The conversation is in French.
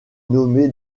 nommé